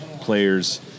players